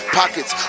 pockets